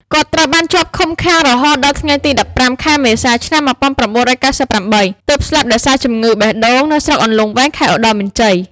គាត់ត្រូវបានជាប់ឃុំឃាំងរហូតដល់ថ្ងៃទី១៥ ខែមេសា ឆ្នាំ១៩៩៨ ទើបស្លាប់ដោយសារជំងឺបេះដូង នៅស្រុកអន្លង់វែង ខេត្តឧត្តរមានជ័យ។